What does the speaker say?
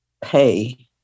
pay